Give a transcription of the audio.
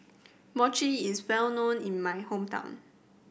mochi is well known in my hometown